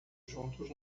juntos